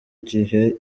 gihe